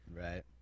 Right